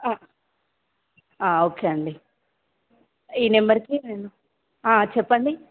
okay అండి ఈ నెంబర్కి నేను చెప్పండి